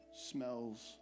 smells